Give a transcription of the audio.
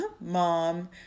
mom